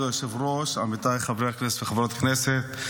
כבוד היושב-ראש, עמיתיי חברי הכנסת וחברות הכנסת,